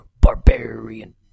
barbarian